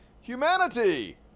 humanity